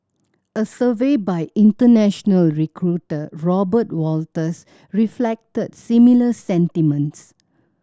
a survey by international recruiter Robert Walters reflected similar sentiments